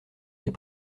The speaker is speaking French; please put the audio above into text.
des